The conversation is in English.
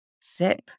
sit